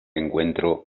encuentro